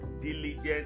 diligent